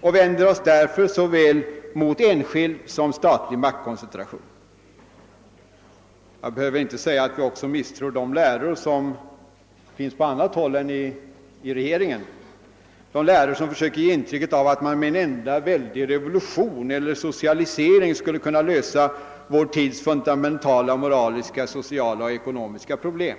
och vänder oss därför såväl mot enskild som statlig maktkoncentration. Jag behöver inte säga att vi också misstror de läror som finns på annat håll än inom regeringen, läror som försöker ge intryck av att man med en enda väldig revolution eller socialisering skulle kunna lösa vår tids fundamentala moraliska, sociala och ekonomiska problem.